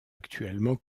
actuellement